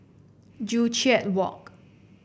Joo Chiat Walk